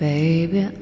Baby